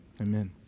amen